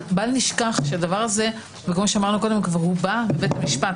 בל נשכח שזה בא לבית המשפט.